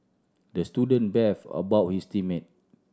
the student beefed about his team mate